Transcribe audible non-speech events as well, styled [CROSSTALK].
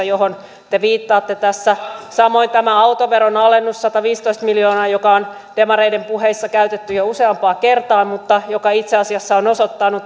[UNINTELLIGIBLE] johon te viittaatte tässä samoin tämä autoveron alennus sataviisitoista miljoonaa joka on demareiden puheissa käytetty jo useampaan kertaan mutta itse asiassa on osoittautunut